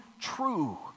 true